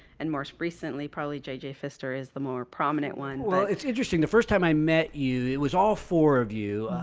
and more so recently, probably jj pfister is the more prominent one. well, it's interesting. the first time i met you, it was all four of you,